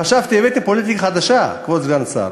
חשבתי שהבאתם פוליטיקה חדשה, כבוד סגן השר,